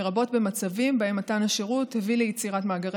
לרבות במצבים שבהם מתן השירות הביא ליצירת מאגרי